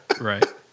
Right